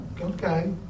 Okay